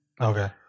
Okay